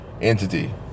entity